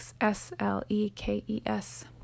S-L-E-K-E-S